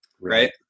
right